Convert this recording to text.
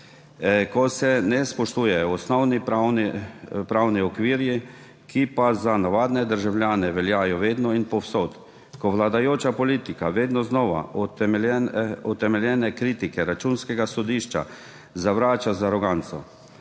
ko se ne spoštujejo osnovni pravni okvir, ki pa za navadne državljane veljajo vedno in povsod. Ko vladajoča politika vedno znova utemeljene kritike Računskega sodišča zavrača z aroganco,